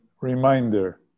reminder